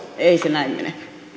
ei se näin mene